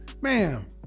Ma'am